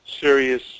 serious